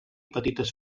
petites